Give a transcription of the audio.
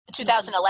2011